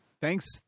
Thanks